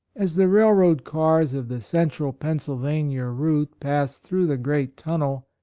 as the railroad cars of the central pennsylvania route pass through the great tunnel,